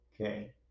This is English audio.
Okay